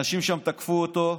אנשים שם תקפו אותו.